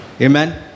amen